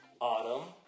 Autumn